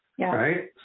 right